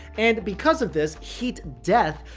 and because of this heat death,